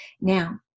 Now